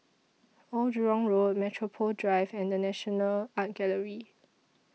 Old Jurong Road Metropole Drive and The National Art Gallery